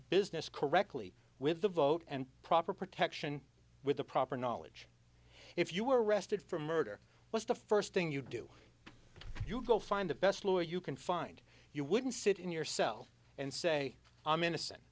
business correctly with a vote and proper protection with the proper knowledge if you were arrested for murder what's the first thing you do you go find the best lawyer you can find you wouldn't sit in your cell and say i'm innocent